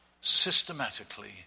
systematically